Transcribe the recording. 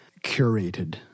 curated